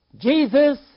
Jesus